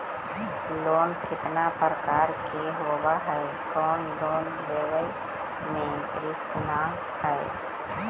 Loan कितना प्रकार के होबा है कोन लोन लेब में रिस्क न है?